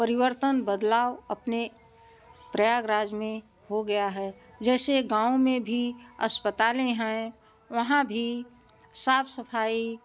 परिवर्तन बदलाव अपने प्रयागराज में हो गया है जैसे गाँव में भी अस्पतालें हैं वहाँ भी साफ सफाई